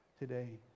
today